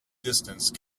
distance